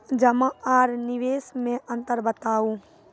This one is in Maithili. जमा आर निवेश मे अन्तर बताऊ?